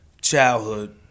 childhood